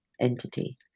entity